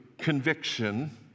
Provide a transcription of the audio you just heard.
conviction